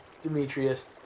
Demetrius